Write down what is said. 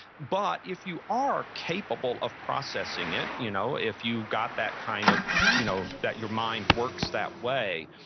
but if you are capable of processing it, you know if you've got that kind of, you know that your mind works that way,